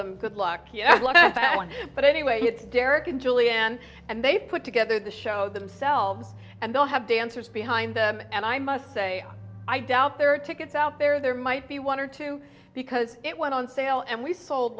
them good luck but anyway it's derek and julianne and they put together the show themselves and they'll have dancers behind them and i must say i doubt there are tickets out there there might be one or two because it went on sale and we sold